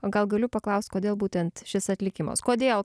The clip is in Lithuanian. gal galiu paklaust kodėl būtent šis atlikimas kodėl